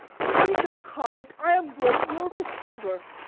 you need no comment i am grown your receiver.